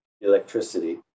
electricity